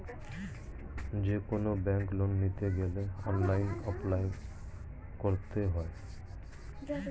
যেকোনো ব্যাঙ্কে লোন নিতে গেলে অনলাইনে অ্যাপ্লাই করতে হয়